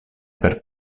per